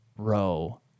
Row